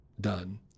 done